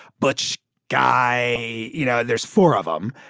butch guy. you know, there's four of them.